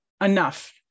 enough